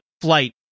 flight